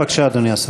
בבקשה, אדוני השר.